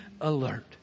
alert